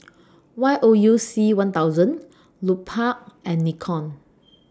Y O U C one thousand Lupark and Nikon